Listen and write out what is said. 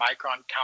micron-count